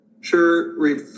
sure